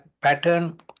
pattern